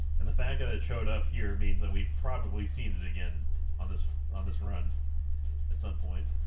and the fact that it showed up here means that we've probably seen it again on this on this run at some point